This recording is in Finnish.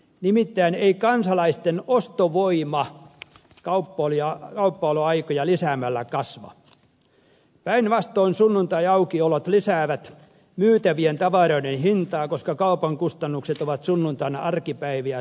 nimittäin ei kansalaisten ostovoima aukioloaikoja lisäämällä kasva päinvastoin sunnuntaiaukiolot lisäävät myytävien tavaroiden hintaa koska kaupan kustannukset ovat sunnuntaina arkipäiviä suuremmat